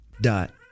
Dot